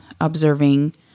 observing